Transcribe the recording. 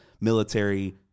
military